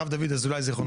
הרב דוד אזולאי ז"ל,